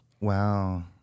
Wow